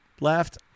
left